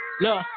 Look